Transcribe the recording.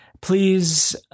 please